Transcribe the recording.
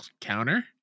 counter